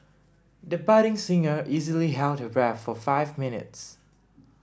the budding singer easily held her breath for five minutes